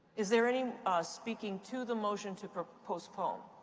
is there any speaking to the motion to postpone?